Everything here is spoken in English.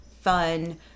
fun